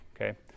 okay